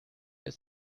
ist